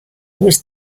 was